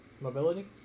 Mobility